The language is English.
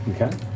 Okay